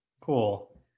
Cool